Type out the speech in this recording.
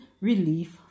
relief